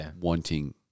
wanting